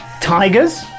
tigers